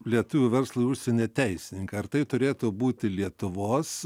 lietuvių verslui užsienyje teisininkai ar tai turėtų būti lietuvos